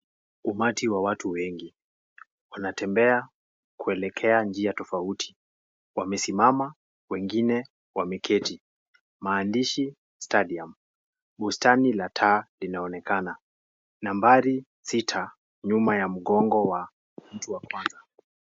Umati wa watu wengi, wanatembea kuelekea njia tofauti. Wamesimama wengine wameketi. Maandishi Stadium . Bustani la taa linaonekana, nambari sita nyuma ya mgongo wa mtu wa kwanza.